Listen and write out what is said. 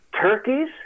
turkeys